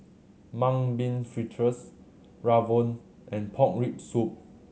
Mung Bean Fritters rawon and pork rib soup